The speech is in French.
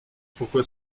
pourquoi